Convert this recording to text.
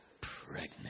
pregnant